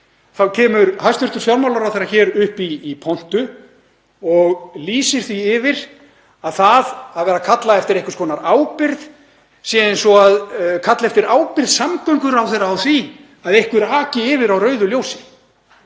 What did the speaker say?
þá kemur hæstv. fjármálaráðherra hér upp í pontu og lýsir því yfir að það að kalla eftir einhvers konar ábyrgð sé eins og að kalla eftir ábyrgð samgönguráðherra á því að einhver aki yfir á rauðu ljósi.